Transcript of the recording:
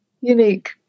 unique